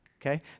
okay